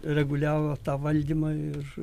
reguliavo tą valdymą ir